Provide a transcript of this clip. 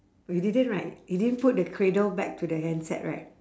you didn't right you didn't put the cradle back to the handset right